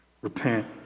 repent